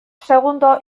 segundo